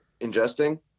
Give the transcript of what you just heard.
ingesting